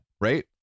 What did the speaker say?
right